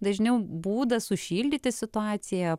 dažniau būdas sušildyti situaciją